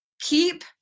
keep